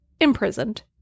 imprisoned